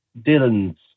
Dylan's